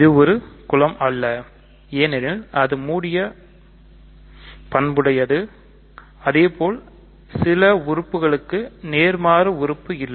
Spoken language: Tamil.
இது ஒரு குலம் அல்ல ஏனெனில் அது முடிய பண்புடையது அதேபோல் சில உறுப்புகளுக்கு நேர்மாறு உறுப்பும் இல்லை